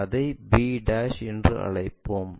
அதை b என்று அழைப்போம்